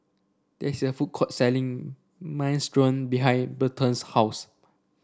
there is a food court selling Minestrone behind Berton's house